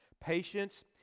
Patience